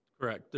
Correct